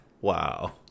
Wow